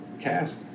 cast